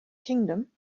kingdom